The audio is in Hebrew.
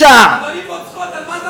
ולפשע, אבנים רוצחות, על מה אתה מדבר.